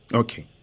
okay